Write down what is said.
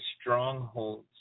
strongholds